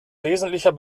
wesentlicher